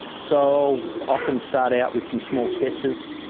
so often start out with some small sketches.